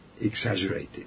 exaggerated